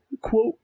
Quote